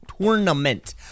Tournament